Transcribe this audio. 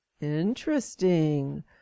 interesting